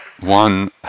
One